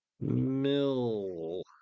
Mill